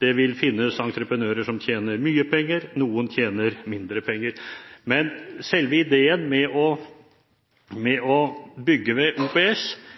Det vil finnes entreprenører som tjener mye penger. Noen tjener mindre penger. Men selve ideen med å bygge ved